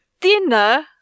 dinner